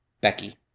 Becky